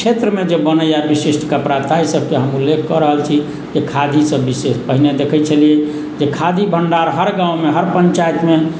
क्षेत्रमे जे बनैए विशिष्ट कपड़ा ताहि सभके हम उल्लेख कऽ रहल छी जे खादी सभ विशेष पहिने देखैत छलियै जे खादी भण्डार हर गाँवमे हर पञ्चायतमे